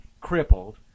Crippled